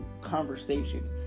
conversation